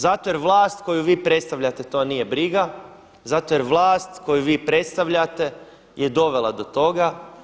Zato jer vlast koju vi predstavljate to nije briga, zato jer vlast koju vi predstavljate je dovela do toga.